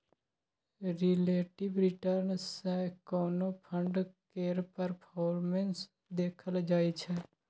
relative return सँ कोनो fund केर परफॉर्मेस देखल जाइ छै